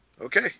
Okay